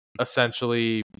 essentially